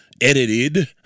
edited